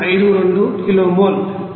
52 kilo mole